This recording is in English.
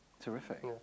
Terrific